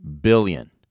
billion